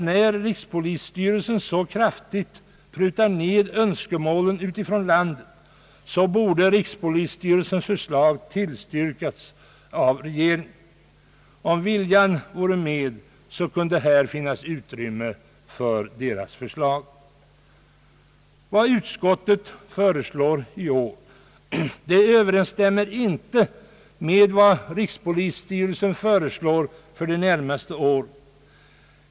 När rikspolisstyrelsen så kraftigt prutat ned önskemålen utifrån landet, borde rikspolisstyrelsens förslag tillstyrkas av regeringen. Om viljan funnes kunde det beredas utrymme för detta förslag. Vad utskottet föreslår i år överensstämmer inte med vad rikspolisstyrelsen föreslagit för de närmaste åren.